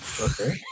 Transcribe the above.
okay